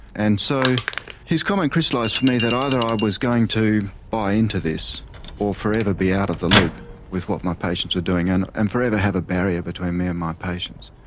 and so his comment crystallised for me that either i was going to buy into this or forever be out of the loop with what my patients were doing and and forever have a barrier between me and my patients.